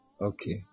okay